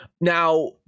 Now